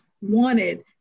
wanted